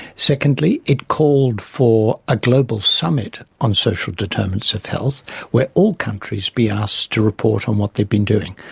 secondly it called for a global summit on social determinants of health where all countries be asked to report on what they'd been doing.